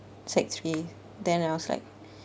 sec~ three then I was like